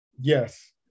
Yes